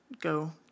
go